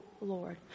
Lord